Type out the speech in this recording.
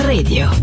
Radio